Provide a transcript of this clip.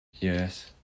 Yes